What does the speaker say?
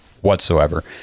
whatsoever